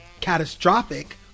catastrophic